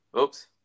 oops